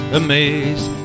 amazed